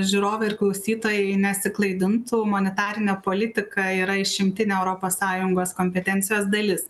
žiūrovai ir klausytojai nesiklaidintų monetarinė politika yra išimtinė europos sąjungos kompetencijos dalis